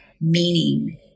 meaning